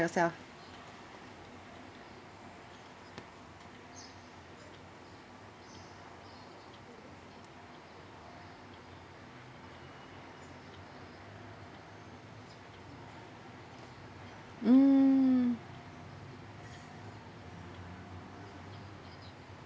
yourself mm